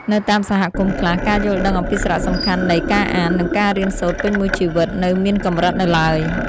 នៅតាមសហគមន៍ខ្លះ ការយល់ដឹងអំពីសារៈសំខាន់នៃការអាន និងការរៀនសូត្រពេញមួយជីវិតនៅមានកម្រិតនៅឡើយ។